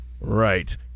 Right